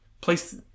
place